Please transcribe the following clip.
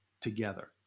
together